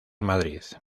madrid